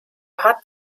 hat